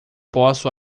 posso